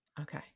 Okay